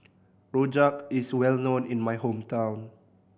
rojak is well known in my hometown